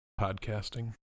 podcasting